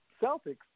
Celtics